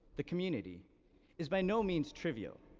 the community is by no means trivial.